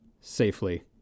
safely